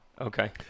Okay